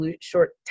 short